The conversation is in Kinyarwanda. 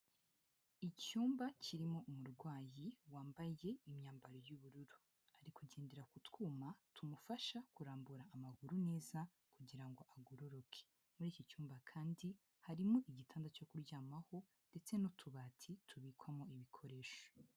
Icyumba kirimo umurwayi wambaye imyambaro y'ubururu, ari kugendera ku twuma tumufasha kurambura amaguru neza kugira ngo agororoke. Muri iki cyumba kandi harimo igitanda cyo kuryamaho ndetse n'utubati tubikwamo ibikoresho.